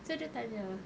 so dia tanya